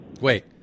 Wait